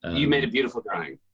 and you made a beautiful drawing.